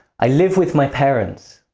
i live with my parents.